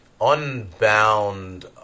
unbound